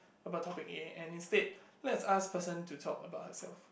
about topic A and instead lets ask person to talk about herself